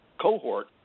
cohort